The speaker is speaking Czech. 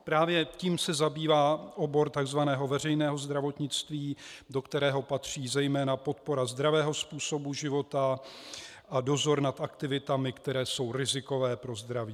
Právě tím se zabývá obor tzv. veřejného zdravotnictví, do kterého patří zejména podpora zdravého způsobu života a dozor nad aktivitami, které jsou rizikové pro zdraví.